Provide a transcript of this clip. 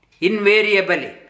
invariably